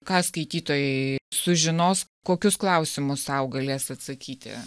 ką skaitytojai sužinos kokius klausimus sau galės atsakyti